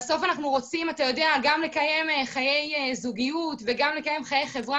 בסוף אנחנו רוצים גם לקיים חיי זוגיות וגם לקיים חיי חברה